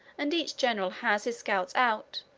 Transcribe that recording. and each general has his scouts out,